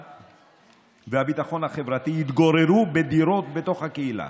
והביטחון החברתי יתגוררו בדירות בתוך הקהילה.